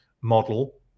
model